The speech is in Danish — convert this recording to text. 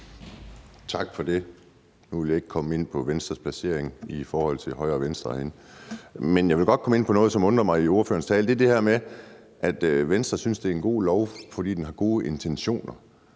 Tak for det. Nu vil jeg ikke komme ind på Venstres placering i forhold til højre og venstre side herinde, men jeg vil godt komme ind på noget i ordførerens tale, som undrede mig, og det er det her med, at Venstre synes, det er en god lov, fordi den har gode intentioner.